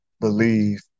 believe